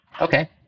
okay